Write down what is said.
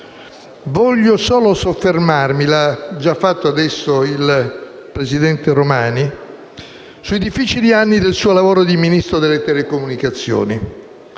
Voglio solo soffermarmi - lo ha già fatto adesso il presidente Romani - sui difficili anni del suo lavoro di Ministro delle poste e delle telecomunicazioni,